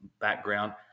background